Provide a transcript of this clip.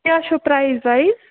کیٛاہ چھو پرٛایِز ورٛایِز